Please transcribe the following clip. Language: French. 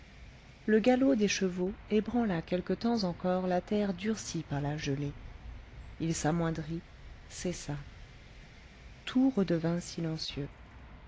le galop des chevaux ébranla quelque temps encore la terre durcie par la gelée il s'amoindrit cessa tout redevint silencieux